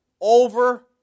over